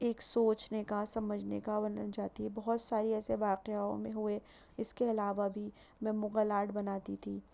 ایک سوچنے کا سمجھنے کا ونن جاتی ہے بہت ساری ایسے واقعاؤں میں ہوئے اس کے علاوہ بھی میں مغل آرٹ بناتی تھی